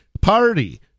Party